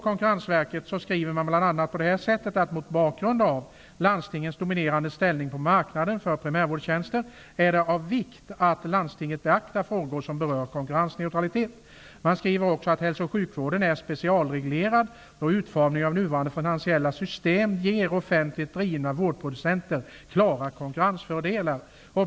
Konkurrensverket skriver bl.a. att mot bakgrund av landstingens dominerande ställning på marknaden för primärvårdstjänster är det av vikt att landstingen beaktar frågor som berör konkurrensneutralitet. Verket skriver också att hälso och sjukvården är specialreglerad och att utformningen av nuvarande finansiella system ger offentligt drivna vårdproducenter klara konkurrensfördelar.